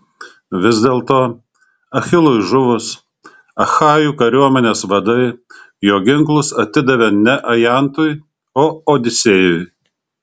vis dėlto achilui žuvus achajų kariuomenės vadai jo ginklus atidavė ne ajantui o odisėjui